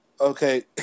Okay